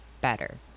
better